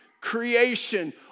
creation